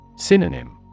Synonym